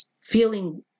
feeling